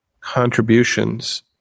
contributions